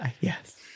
yes